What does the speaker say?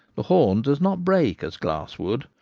the horn does not break as glass would.